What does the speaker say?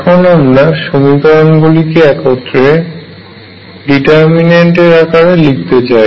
এখন আমরা সমীকরণ গুলিকে একত্রে ডিটারমিন্যান্ট এর আকারে লিখতে চাই